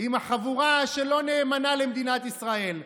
עם החבורה שלא נאמנה למדינת ישראל,